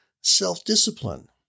self-discipline